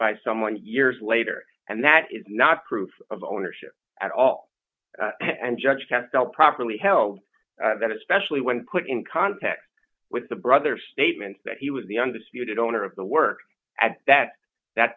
by someone years later and that is not proof of ownership at all and judge has felt properly held that especially when put in context with the brother statements that he was the undisputed owner of the work at that that